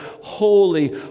Holy